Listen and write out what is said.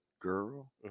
girl